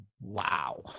Wow